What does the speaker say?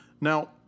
Now